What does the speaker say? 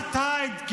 אפרטהייד,